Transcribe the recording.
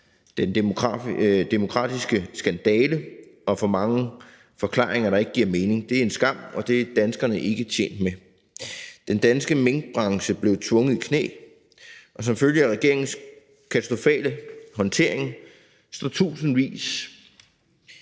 den demokratiske skandale og for mange forklaringer, der ikke giver mening. Det er en skam, og det er danskerne ikke tjent med. Den danske minkbranche blev tvunget i knæ, og som følge af regeringens katastrofale håndtering står tusindvis